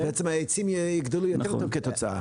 אז בעצם העצים יגדלו יותר טוב כתוצאה.